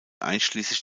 einschließlich